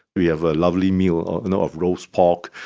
we have a lovely meal you know of roast pork,